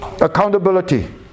Accountability